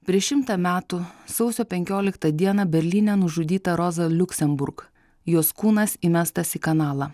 prieš šimtą metų sausio penkioliktą dieną berlyne nužudyta roza liuksemburg jos kūnas įmestas į kanalą